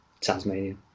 Tasmania